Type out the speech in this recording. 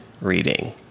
reading